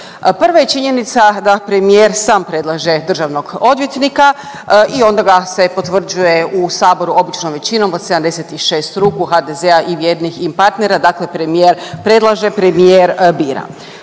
Prva je činjenica da premijer sam predlaže državnog odvjetnika i onda ga se potvrđuje u Saboru običnom većinom od 76 ruku HDZ-a i vjernih im partnera, dakle premijer predlaže, premijer bira.